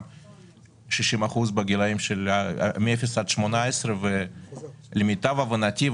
60% מתוכם הם בגילאי 0 עד 18. למיטב הבנתי,